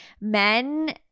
men